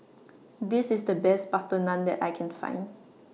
This IS The Best Butter Naan that I Can Find